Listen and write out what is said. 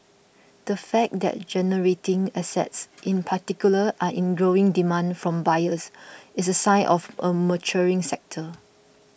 the fact that generating assets in particular are in growing demand from buyers is a sign of a maturing sector